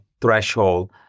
threshold